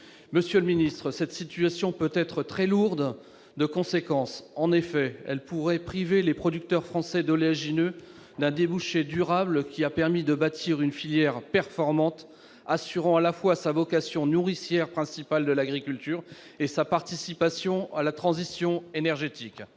biocarburant. Or cette situation peut être très lourde de conséquences. En effet, elle pourrait priver les producteurs français d'oléagineux d'un débouché durable, qui a permis de bâtir une filière performante, assurant à la fois sa vocation de nourricière principale de l'agriculture et sa participation à la transition énergétique.